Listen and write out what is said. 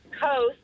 coast